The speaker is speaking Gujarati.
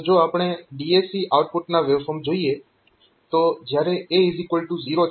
તો જો આપણે DAC આઉટપુટના વેવફોર્મ જોઈએ તો જ્યારે A0 છે તો અહીં આઉટપુટ 0 છે